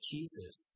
Jesus